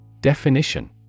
Definition